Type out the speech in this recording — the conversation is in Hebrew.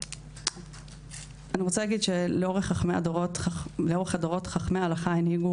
אני רוצה להגיד שלאורך הדורות חכמי ההלכה הניבו